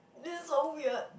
this is so weird